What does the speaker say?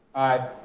aye.